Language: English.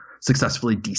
successfully